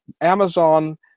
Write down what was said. Amazon